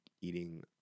eating